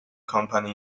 company